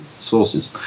sources